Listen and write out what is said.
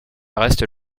reste